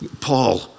Paul